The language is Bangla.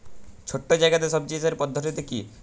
ছোট্ট জায়গাতে সবজি চাষের পদ্ধতিটি কী?